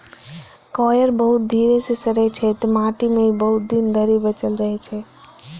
coir बहुत धीरे सं सड़ै छै, तें माटि मे ई बहुत दिन धरि बचल रहै छै